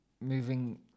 moving